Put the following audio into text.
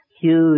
huge